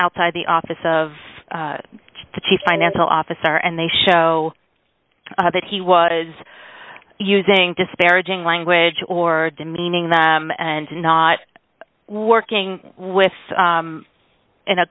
outside the office of the chief financial officer and they show that he was using disparaging language or demeaning that and not working with in a